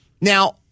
Now